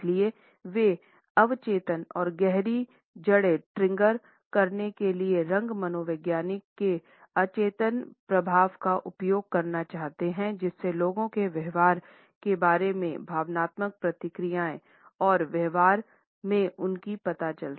इसलिए वे अवचेतन और गहरी जड़ें ट्रिगर करने के लिए रंग मनोविज्ञान के अचेतन प्रभाव का उपयोग करना चाहते हैं जिससे लोगों के व्यवहार के बारे में भावनात्मक प्रतिक्रियाएं और व्यवहार में उनकी पता चले